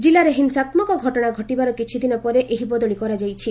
ଜିଲ୍ଲାରେ ହିଂସାତ୍ମକ ଘଟଣା ଘଟିବାର କିଛିଦିନ ପରେ ଏହି ବଦଳି କରାଯାଇଛି